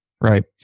Right